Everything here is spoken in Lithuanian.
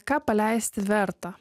ką paleisti verta